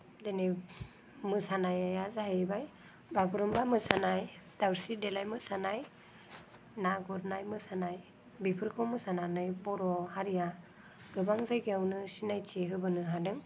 दिनै मोसानाया जाहैबाय बागुरुमबा मोसानाय दावस्रि देलाय मोसानाय ना गुरनाय मोसानाय बेफोरखौ मोसानानै बर' हारिया गोबां जायगायावनो सिनायथि होबोनो हादों